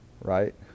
Right